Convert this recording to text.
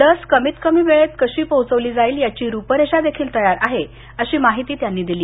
लस कमीतकमी वेळेत कशी पोहोचवली जाईल याची रुपरेषा देखील तयार आहे अशी माहिती त्यांनी दिली